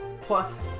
plus